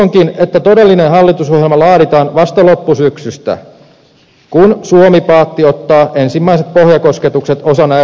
uskonkin että todellinen hallitusohjelma laaditaan vasta loppusyksystä kun suomi paatti ottaa ensimmäiset pohjakosketukset osana euroaluetta